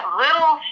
little